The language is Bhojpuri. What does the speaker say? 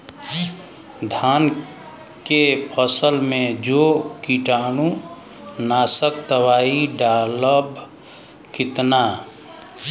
धान के फसल मे जो कीटानु नाशक दवाई डालब कितना?